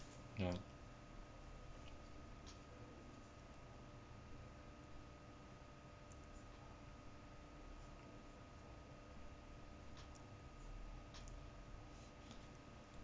ya